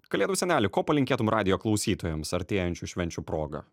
kalėdų seneli ko palinkėtum radijo klausytojams artėjančių švenčių proga